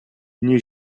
new